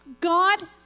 God